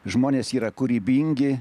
žmonės yra kūrybingi